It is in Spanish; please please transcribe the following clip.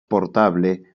portable